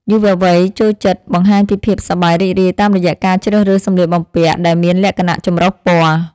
យុវវ័យចូលចិត្តបង្ហាញពីភាពសប្បាយរីករាយតាមរយៈការជ្រើសរើសសម្លៀកបំពាក់ដែលមានលក្ខណៈចម្រុះពណ៌។